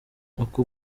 uku